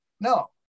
No